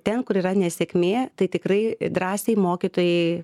ten kur yra nesėkmė tai tikrai drąsiai mokytojai